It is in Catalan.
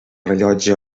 rellotge